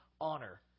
honor